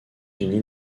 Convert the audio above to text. unis